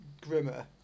grimmer